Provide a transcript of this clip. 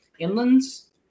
inlands